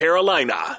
Carolina